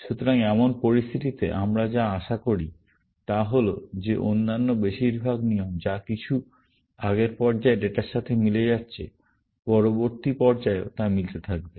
সুতরাং এমন পরিস্থিতিতে আমরা যা আশা করি তা হল যে অন্যান্য বেশিরভাগ নিয়ম যা কিছু আগের পর্যায়ে ডেটার সাথে মিলে যাচ্ছে পরবর্তী পর্যায়েও তা মিলতে থাকবে